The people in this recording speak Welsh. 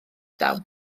down